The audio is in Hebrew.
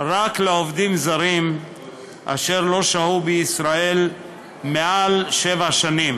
רק לעובדים זרים אשר לא שהו בישראל מעל שבע שנים,